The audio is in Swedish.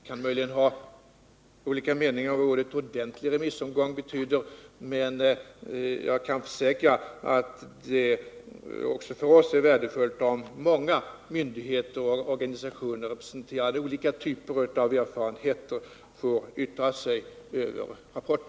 Vi kan möjligen ha olika meningar om vad uttrycket ordentlig remissomgång betyder, men jag kan försäkra att det också för oss är värdefullt att många myndigheter och organisationer representerande olika typer av erfarenheter får yttra sig över rapporten.